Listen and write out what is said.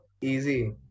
easy